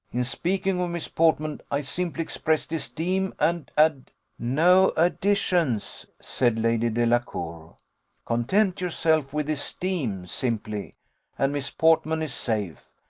in speaking of miss portman, i simply expressed esteem and ad no additions, said lady delacour content yourself with esteem simply and miss portman is safe,